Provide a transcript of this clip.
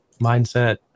mindset